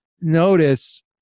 notice